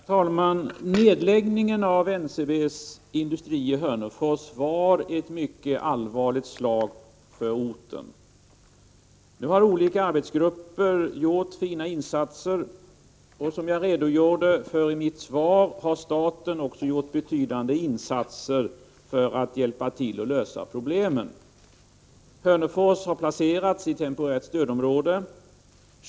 Herr talman! Nedläggningen av NCB:s industri i Hörnefors var ett mycket allvarligt slag för orten. Nu har olika arbetsgrupper gjort fina insatser, och som jag redogjorde för i mitt svar har staten också gjort betydande insatser för att hjälpa till att lösa problemen. Hörnefors har placerats i temporärt stödområde.